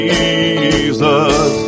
Jesus